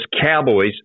Cowboys